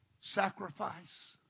sacrifice